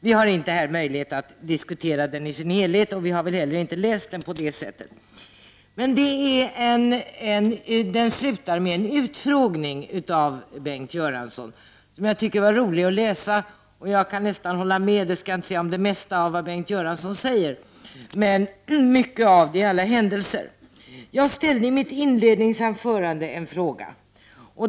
Vi har inte här möjlighet att diskutera den i sin helhet, och vi har väl heller inte läst den på det sättet. Men den slutar med en utfrågning av Bengt Göransson som jag tycker var rolig att läsa. Jag kan inte säga att jag håller med om det mesta av vad Bengt Göransson säger, men i alla händelser kan jag hålla med om mycket av det. Jag ställde i mitt inledningsanförande en fråga.